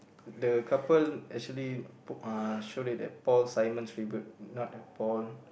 the couple actually book uh show that Paul Simon's favourite not the Paul